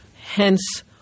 hence